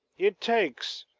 it takes,